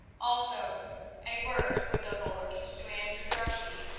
also a word with the lord, sir andrew d'arcy,